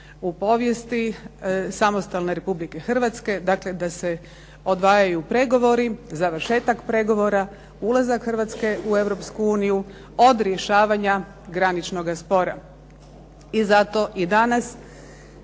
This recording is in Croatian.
u povijesti samostalne Republike Hrvatske, dakle da se odvajaju pregovori, završetak pregovora, ulazak Hrvatske u Europsku uniju, od rješavanja graničnoga spora. I zato i danas